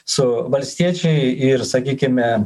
su valstiečiai ir sakykime